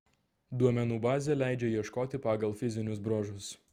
duomenų bazė leidžia ieškoti pagal fizinius bruožus